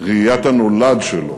ראיית הנולד שלו,